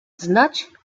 znać